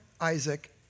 Isaac